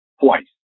twice